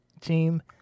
team